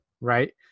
Right